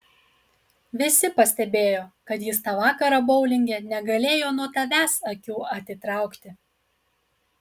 visi pastebėjo kad jis tą vakarą boulinge negalėjo nuo tavęs akių atitraukti